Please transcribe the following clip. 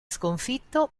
sconfitto